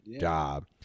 job